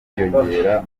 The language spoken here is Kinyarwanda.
kwiyongera